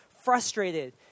frustrated